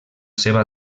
seva